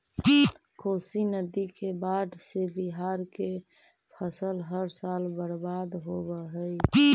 कोशी नदी के बाढ़ से बिहार के फसल हर साल बर्बाद होवऽ हइ